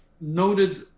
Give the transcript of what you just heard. noted